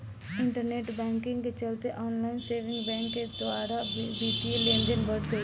internet banking के चलते online saving bank के द्वारा बित्तीय लेनदेन बढ़ गईल बा